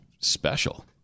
special